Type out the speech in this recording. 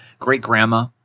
Great-Grandma